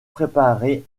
préparer